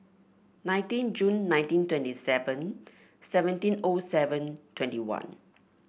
nineteen June nineteen twenty seven seventeen O seven twenty one